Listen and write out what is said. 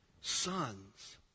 sons